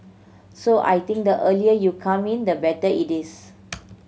so I think the earlier you come in the better it is